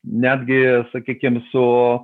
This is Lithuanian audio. netgi sakykim su